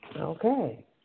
Okay